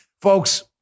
Folks